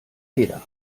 jeder